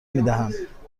میدهند